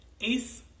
Ace